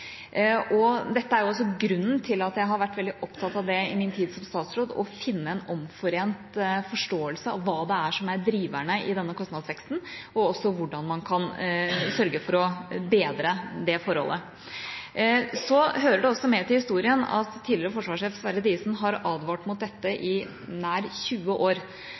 Dette er også grunnen til at jeg har vært veldig opptatt av i min tid som statsråd å finne en omforent forståelse av hva det er som er driverne i denne kostnadsveksten, og hvordan man kan sørge for å bedre det forholdet. Det hører også med til historien at tidligere forsvarssjef Sverre Diesen har advart mot dette i nær 20 år,